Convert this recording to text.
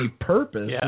purpose